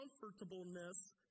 comfortableness